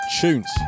tunes